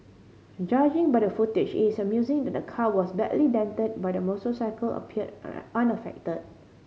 judging by the footage it is amusing that the car was badly dented but the motorcycle appeared unaffected